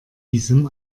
diesem